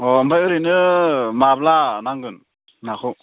अ ओमफाय ओरैनो माब्ला नांगोन नाखौ